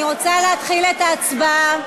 אני רוצה להתחיל את ההצבעה.